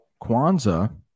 kwanzaa